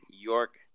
York